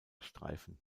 streifen